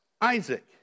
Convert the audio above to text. Isaac